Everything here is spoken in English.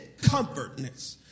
comfortness